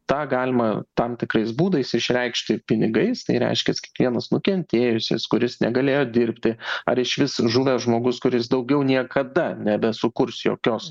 tą galima tam tikrais būdais išreikšti pinigais tai reiškias kiekvienas nukentėjusis kuris negalėjo dirbti ar išvis žuvęs žmogus kuris daugiau niekada nebesukurs jokios